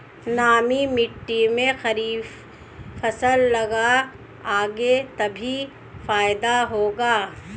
नमी मिट्टी में खरीफ फसल लगाओगे तभी फायदा होगा